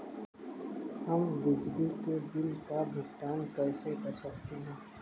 हम बिजली के बिल का भुगतान कैसे कर सकते हैं?